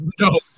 No